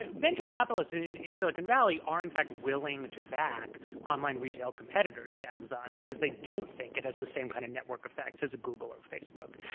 and venture capitalists in in silicon valley are, in fact, willing to back online retail competitors to amazon because they don't think it has the same kind of network effects as a google or a facebook.